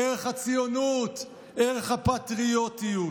ערך הציונות, ערך הפטריוטיות.